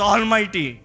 Almighty